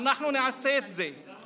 אנחנו נעשה את זה.